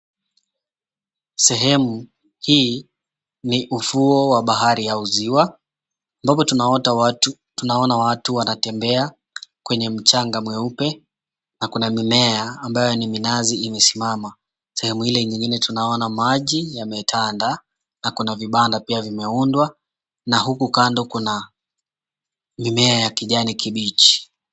Sehemu hii ni ufuo wa bahari ya uziwa ambapo tunaona watu wanatembea kwenye mchanga mweupe na kuna mimea ambayo ni minazi imesimama. Sehemu ile nyingine tunaona maji yametanda na kuna vibanda pia vimeundwa na huku kando kuna mimea ya kijani kibichi.